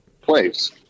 place